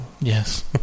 Yes